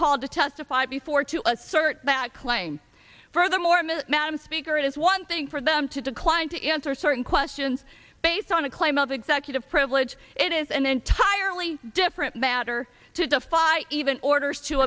called to testify before to assert that claim furthermore madam speaker is one thing for them to decline to answer certain questions based on a claim of executive privilege it is and then tiredly different matter to defy even orders to